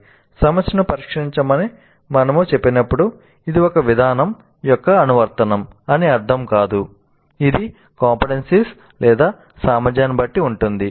మరోసారి సమస్యను పరిష్కరించమని మనము చెప్పినప్పుడు ఇది ఒక విధానం యొక్క అనువర్తనం అని అర్ధం కాదు ఇది CO సామర్థ్యాన్ని బట్టి ఉంటుంది